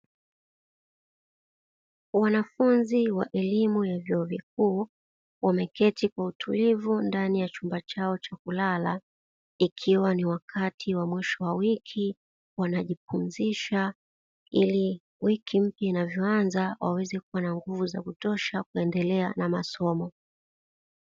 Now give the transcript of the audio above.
Wanafunzi wa elimu ya vyuo vikuu, wameketi kwa utulivu ndani ya chumba chao cha kulala, ikiwa ni wakati wa mwisho wa wiki wanajipumzisha, ili wiki mpya inavyoanza waweze kuwa na nguvu za kutosha kuendelea na masomo.